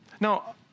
Now